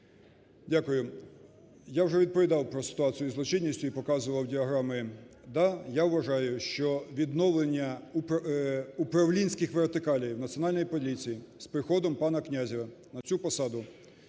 Дякую. Я вже відповідав про ситуацію із злочинністю і показував діаграми. Да, я вважаю, що відновлення управлінських вертикалей в Національній поліції з приходом пана Князева на цю посаду